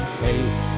faith